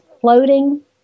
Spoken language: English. floating